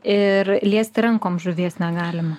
ir liesti rankom žuvies negalima